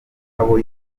abo